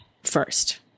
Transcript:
first